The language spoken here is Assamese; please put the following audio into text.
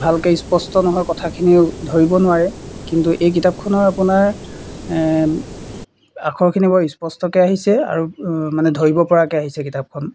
ভালকৈ স্পষ্ট নহয় কথাখিনি ধৰিব নোৱাৰে কিন্তু এই কিতাপখনৰ আপোনাৰ আখৰখিনি বৰ স্পষ্টকৈ আহিছে আৰু মানে ধৰিব পৰাকৈ আহিছে কিতাপখন